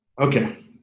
Okay